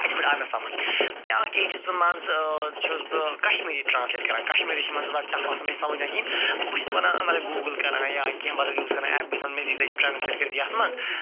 یِتھ پٲٹھۍ آو مےٚ سمجھ بیٛاکھ چیٖز چھُ سُہ مَنٛزٕ چھُس بہٕ کشمیٖری ٹرٛانٕسلیٹ کران کشمیٖری چھِ مَنٛز ٹف آسان مےٚ چھِ سمجھ یِوان کِہیٖنۍ بہٕ چھُس ونان گوٗگل کران یا کیٚنٛہہ بَدَل یوٗز کران ایپ بہٕ چھُس دَپان مےٚ دیٖتو یہِ ٹرٛانٕسلیٹ کٔرِتھ یتھ مَنٛز